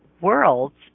worlds